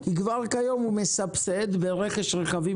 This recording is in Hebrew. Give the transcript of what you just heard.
כי כבר היום הוא מסבסד ברכש של רכבים